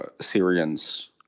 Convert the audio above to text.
Syrians